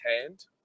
hand